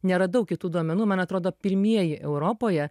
neradau kitų duomenų man atrodo pirmieji europoje